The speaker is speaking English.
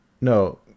no